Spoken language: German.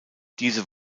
diese